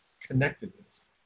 connectedness